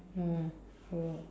oh oh